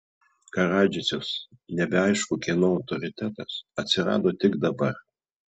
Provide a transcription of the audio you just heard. karadžičius nebeaišku kieno autoritetas atsirado tik dabar